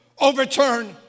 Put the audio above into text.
overturn